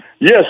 Yes